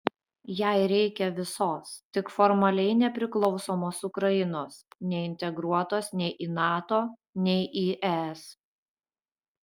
jai reikia visos tik formaliai nepriklausomos ukrainos neintegruotos nei į nato nei į es